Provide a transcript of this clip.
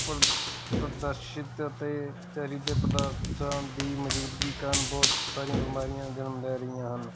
ਪਰ ਪ੍ਰਦਰਸ਼ਿਤ ਅਤੇ ਚੈਰੀ ਦੇ ਪਦਾਰਥਾਂ ਦੀ ਮੌਜ਼ੂਦਗੀ ਕਾਰਨ ਬਹੁਤ ਸਾਰੀਆਂ ਬਿਮਾਰੀਆਂ ਜਨਮ ਲੈ ਰਹੀਆਂ ਹਨ